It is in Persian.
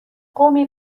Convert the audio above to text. قومی